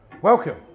Welcome